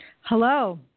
Hello